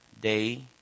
day